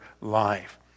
life